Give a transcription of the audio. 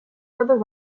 further